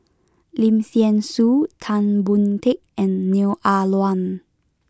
Lim Thean Soo Tan Boon Teik and Neo Ah Luan